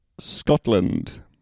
Scotland